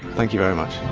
thank you very much.